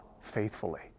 faithfully